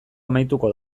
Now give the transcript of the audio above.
amaituko